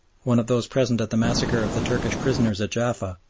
one of those present at the massacre of the turkish prisoners at jaffa,